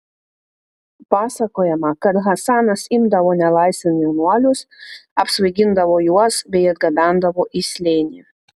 pasakojama kad hasanas imdavo nelaisvėn jaunuolius apsvaigindavo juos bei atgabendavo į slėnį